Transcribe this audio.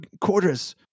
quarters